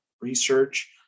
research